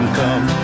come